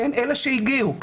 אלה שהגיעו,